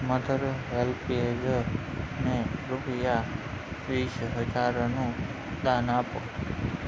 mother હૅલ્પેજને રૂપિયા વીસ હજારનું દાન આપો